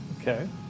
Okay